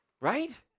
right